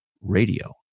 radio